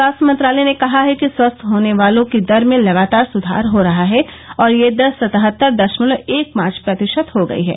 स्वास्थ्य मंत्रालय ने कहा है कि स्वस्थ होने वालों की दर में लगातार सुधार हो रहा है और यह दर सतहत्तर दशमलव एक पांच प्रतिशत हो गई है